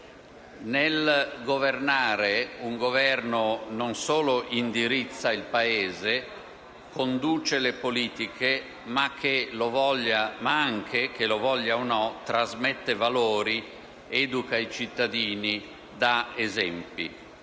Nel governare, un Governo non solo indirizza il Paese e conduce le politiche, ma anche - che lo voglia o no - trasmette valori, educa i cittadini, dà esempi.